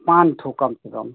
पाँच ठो कम से कम